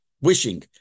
wishing